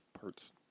parts